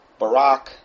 Barack